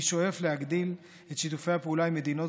אני שואף להגדיל את שיתופי הפעולה עם מדינות